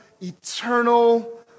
eternal